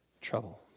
trouble